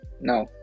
No